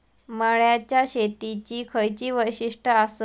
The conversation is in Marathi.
मळ्याच्या शेतीची खयची वैशिष्ठ आसत?